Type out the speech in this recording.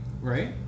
right